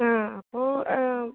ആ അപ്പോൾ